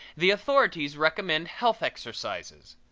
the authorities recommend health exercises,